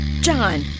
John